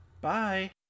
Bye